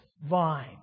vine